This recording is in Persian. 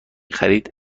خرید